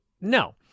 No